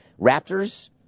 Raptors